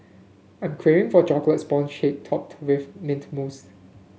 I am craving for a chocolate sponge shake topped with mint mousse